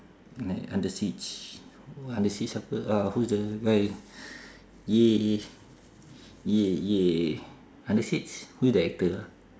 like under siege under siege apa uh who's the guy yeah yeah yeah yeah under siege who the actor ah